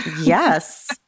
yes